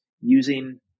using